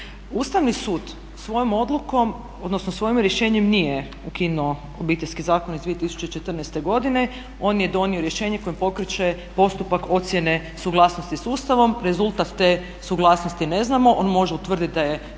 Ustavni sud svojom odlukom, odnosno svojim rješenjem nije ukinuo Obiteljski zakon iz 2014. godine, on je donio rješenje kojim pokreće postupak ocjene suglasnosti sa Ustavom, rezultat te suglasnosti ne znamo, on može utvrditi da je zakon